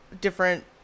different